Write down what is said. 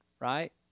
right